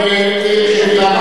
ולהירגע.